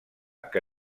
que